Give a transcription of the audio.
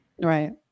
right